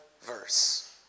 verse